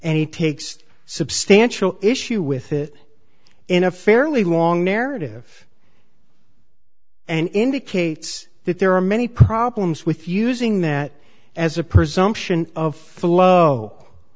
takes substantial issue with it in a fairly long narrative and indicates that there are many problems with using that as a presumption of flow